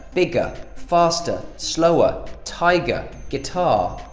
bigger. faster. slower. tiger. guitar.